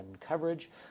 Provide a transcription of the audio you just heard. coverage